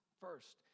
first